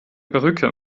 perücke